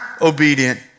obedient